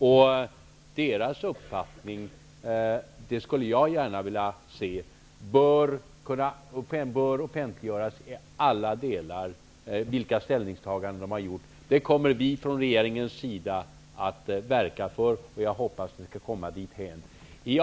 Vilka ställningstaganden de har gjort bör -- det skulle jag gärna se -- offentliggöras till alla delar. Det kommer vi från regeringens sida att verka för, och jag hoppas att vi skall komma dithän.